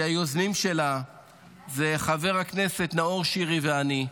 שהיוזמים שלה הם חבר הכנסת נאור שירי ואני,